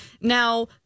Now